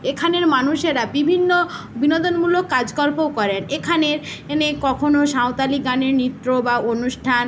এখানের মানুষেরা বিভিন্ন বিনোদনমূলক কাজকল্পও করেন এখানের নে কখনও সাঁওতালি গানে নৃত্য বা অনুষ্ঠান